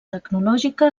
tecnològica